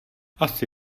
asi